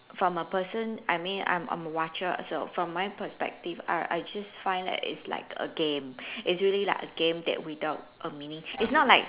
from a person I mean I'm a watcher so from my perspective I I just find that it's like a game it's really like a game that without a meaning it's not like